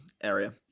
area